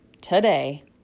today